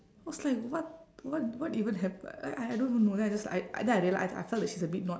I was like what what what even hap~ like I don't even know then I just I then I reali~ I I felt that she's a bit not